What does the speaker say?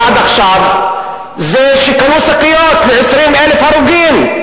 עד עכשיו הוא שקנו שקיות ל-20,000 הרוגים.